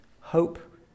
Hope